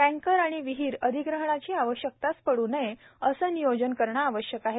tanker आणि विहीर अधिग्रहणाची आवश्यकताच पडू नये असे नियोजन करणे आवश्यक आहे